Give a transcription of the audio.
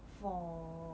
for